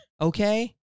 okay